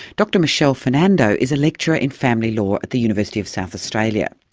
dr michelle fernando is a lecturer in family law at the university of south australia.